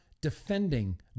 defending